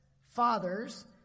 fathers